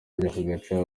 gacaca